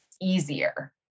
easier